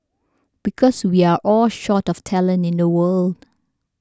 because we are all short of talent in the world